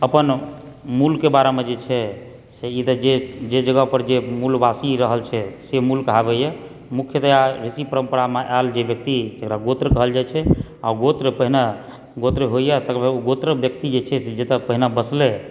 अपन मूलके बारेमे जे छै से ई तऽ जे जगह पर जे मूलवासी रहल छै से मूल कहाबैए मुख्यतया ऋषि परम्परामे आएल जे व्यक्ति जेकरा गोत्र कहल जाइत छै आ गोत्र पहिने गोत्र होइए तेकर बाद ओ गोत्रक व्यक्ति जे छै से जतहुँ पहिने बसलै